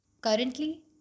Currently